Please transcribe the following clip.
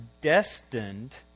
destined